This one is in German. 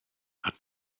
hat